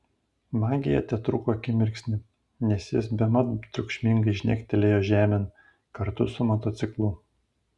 magija tetruko akimirksnį nes jis bemat triukšmingai žnektelėjo žemėn kartu su motociklu